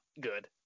good